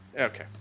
Okay